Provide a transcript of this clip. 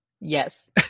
Yes